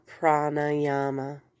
pranayama